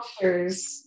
cultures